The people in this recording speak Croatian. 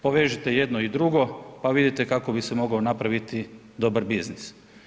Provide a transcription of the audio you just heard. Povežite jedno i drugo pa vidite kako bi se mogao napraviti dobar biznis.